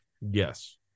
Yes